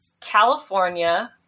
California